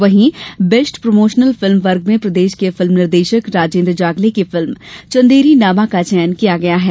वहीं best promotional film वर्ग में प्रदेश के फिल्म निर्देशक राजेन्द्र जांगले की फिल्म चंदेरीनामा का चयन किया गया है